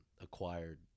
acquired